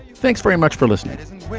thanks very much for listening to